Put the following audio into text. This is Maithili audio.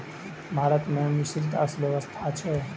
भारत मे मिश्रित आर्थिक व्यवस्था छै